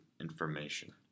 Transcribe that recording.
information